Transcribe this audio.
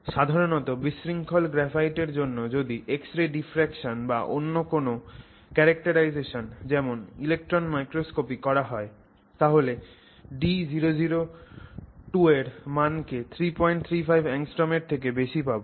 সাধারণত বিশৃঙ্খল গ্রাফাইটের জন্য যদি x ray diffraction বা অন্য কোন ক্যারাক্টারাইজেশন যেমন electron microscopy করা হয় তাহলে d002 এর মান কে 335 angstroms এর থেকে বেশি পাবো